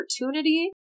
opportunity